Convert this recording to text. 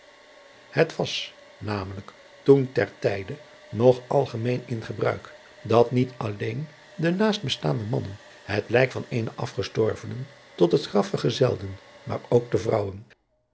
het was namelijk toen ter tijde nog algemeen in gebruik dat niet alleen de naastbestaande mannen het lijk van eenen afgestorvenen tot het graf vergezelden maar ook de vrouwen